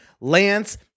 Lance